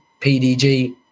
PDG